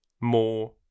more